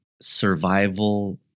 survival